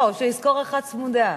או שישכור אחת צמודה.